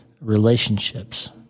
relationships